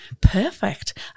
Perfect